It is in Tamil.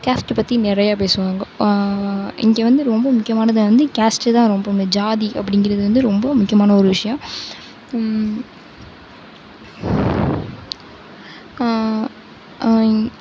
காஸ்ட்ட பற்றி நிறைய பேசுவாங்க இங்கே வந்து ரொம்ப முக்கியமானது வந்து காஸ்ட்டுதான் ரொம்ப ஜாதி அப்படிங்கிறது வந்து ரொம்ப முக்கியமான ஒரு விஷயம்